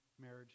marriage